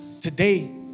Today